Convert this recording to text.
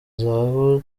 zahabu